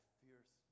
fierce